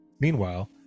Meanwhile